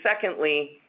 secondly